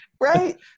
right